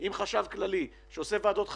אם חשב כללי שעושה ועדות חריגים,